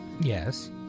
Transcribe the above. Yes